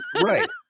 Right